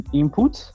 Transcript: input